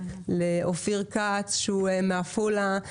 לאופיר כץ שהוא מעפולה,